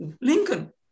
Lincoln